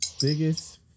Biggest